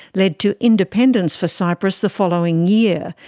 lead to independence for cyprus the following year,